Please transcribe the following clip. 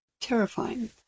terrifying